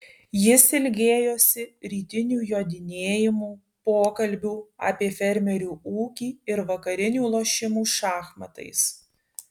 jis ilgėjosi rytinių jodinėjimų pokalbių apie fermerių ūkį ir vakarinių lošimų šachmatais